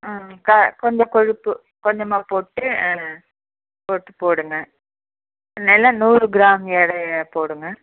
ம் க கொஞ்சம் கொழுப்பு கொஞ்சமாக போட்டு ஆ போட்டு போடுங்கள் நல்லா நூறு கிராம் எடையாக போடுங்கள்